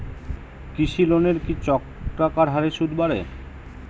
কৃষি লোনের কি চক্রাকার হারে সুদ বাড়ে?